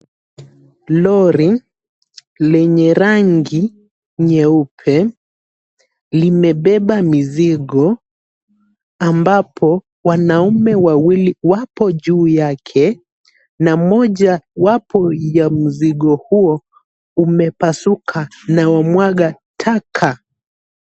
Lori lenye rangi nyeupe limebeba mizigo ambapo wanaume wawili wapo juu yake na mmoja wapoya mzigo huo umepasuka unaomwaga taka.